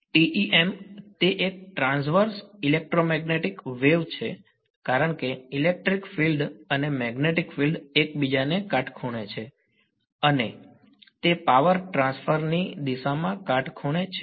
TEM તે એક transverse electromagnetic wave છે કારણ કે ઇલેક્ટ્રિક ફિલ્ડ અને મેગ્નેટિક ફિલ્ડ એકબીજાને કાટખૂણે છે અને તે પાવર ટ્રાન્સફર ની દિશામાં કાટખૂણે છે